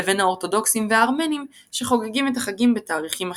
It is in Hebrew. לבין האורתודוקסים והארמנים שחוגגים את החגים בתאריכים אחרים.